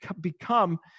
become